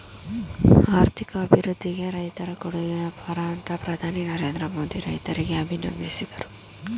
ಆರ್ಥಿಕ ಅಭಿವೃದ್ಧಿಗೆ ರೈತರ ಕೊಡುಗೆ ಅಪಾರ ಅಂತ ಪ್ರಧಾನಿ ನರೇಂದ್ರ ಮೋದಿ ರೈತರಿಗೆ ಅಭಿನಂದಿಸಿದರು